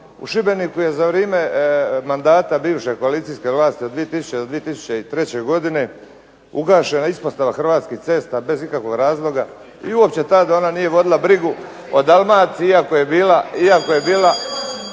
u Šibeniku je za vrijeme mandata bivše koalicijske vlasti od 2000. do 2003. godine ugašena ispostava Hrvatskih cesta bez ikakvih razloga i uopće tada nije vodila brigu o Dalmaciji iako je bila